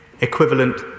equivalent